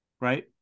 right